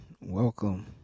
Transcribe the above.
welcome